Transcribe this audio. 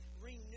Renew